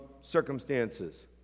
circumstances